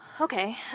okay